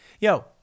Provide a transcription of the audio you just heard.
Yo